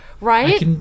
right